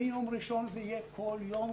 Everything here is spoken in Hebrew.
מיום ראשון זה יהיה כל יום,